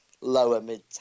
lower-mid